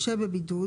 ישהה בבידוד,